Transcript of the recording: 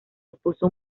supuso